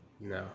No